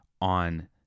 on